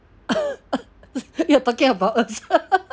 you are talking about ourselves